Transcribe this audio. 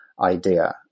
idea